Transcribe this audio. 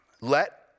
let